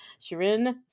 Shirin